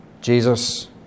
Jesus